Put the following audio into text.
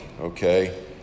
okay